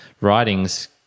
writings